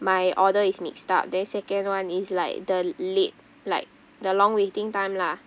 my order is mixed up then second one is like the late like the long waiting time lah